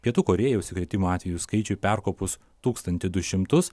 pietų korėjos užsikrėtimo atvejų skaičiui perkopus tūkstantį du šimtus